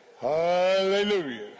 Hallelujah